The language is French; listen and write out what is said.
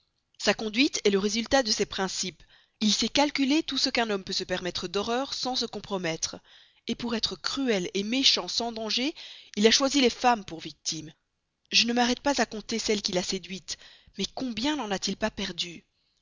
sa conduite est le résultat de ses principes il sait calculer tout ce qu'un homme peut se permettre d'horreurs sans se compromettre pour être cruel méchant sans danger il a choisi les femmes pour victimes je ne m'arrête pas à compter celles qu'il a séduites mais combien n'en a-t-il pas perdues